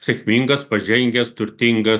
sėkmingas pažengęs turtingas